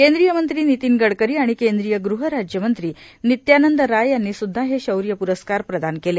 केंद्रीय मंत्री नितीन गडकरी आणि केंद्रीय गृहराज्यमंत्री नित्यानंद राय यांनी सुद्धा हे शौर्य प्रस्कार प्रदान केले